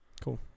Cool